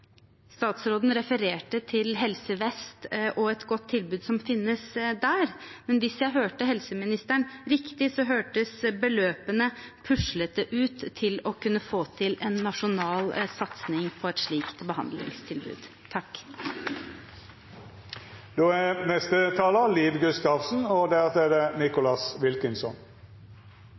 Statsråden refererte til Helse Vest og et godt tilbud som finnes der, men hvis jeg hørte helseministeren riktig, hørtes beløpene for puslete ut til å kunne få til en nasjonal satsing på et slikt behandlingstilbud. Jeg bruker å si at barndommen er selve grunnmuren til livet. Slår den sprekker, vakler hele livet, kanskje, og